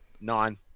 Nine